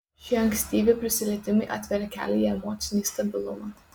šie ankstyvi prisilietimai atveria kelią į emocinį stabilumą